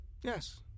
Yes